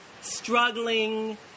struggling